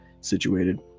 situated